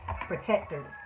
protectors